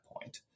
point